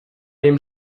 dem